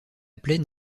plaine